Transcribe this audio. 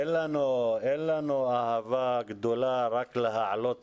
אין לנו אהבה גדולה רק להעלות סוגיות.